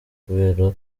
kubera